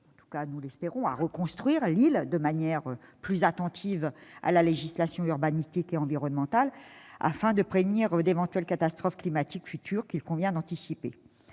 que ces mesures aideront à reconstruire l'île d'une manière plus attentive à la législation urbanistique et environnementale, afin de prévenir d'éventuelles catastrophes climatiques futures, qu'il convient d'anticiper.